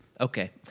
Okay